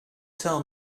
tell